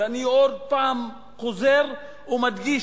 ואני חוזר שוב ומדגיש,